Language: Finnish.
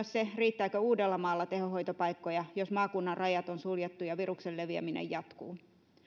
se riittääkö uudellamaalla tehohoitopaikkoja jos maakunnan rajat on suljettu ja viruksen leviäminen jatkuu